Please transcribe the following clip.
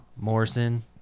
Morrison